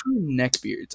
neckbeards